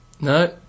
no